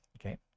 Okay